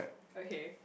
okay